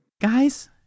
Guys